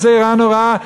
גזירה נוראה,